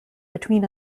between